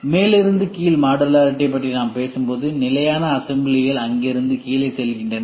மேலிருந்து கீழ் மாடுலாரிடிபற்றி நாம் பேசும்போது நிலையான அசம்பிளிகள் அங்கிருந்து கீழே செல்கின்றன